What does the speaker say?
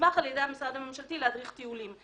והוסמך על ידי המשרד הממשלתי להדריך טיולים.